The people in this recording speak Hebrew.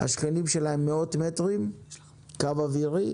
ומאות מטרים משם בקו אווירי